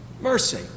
mercy